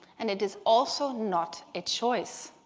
and it is also not a choice.